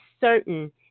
certain